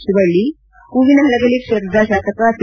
ಶಿವಳ್ಳಿ ಹೂವಿನ ಹಡಗಲಿ ಕ್ಷೇತ್ರದ ಶಾಸಕ ಪಿ